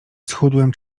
schudłem